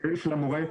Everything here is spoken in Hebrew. של המורה,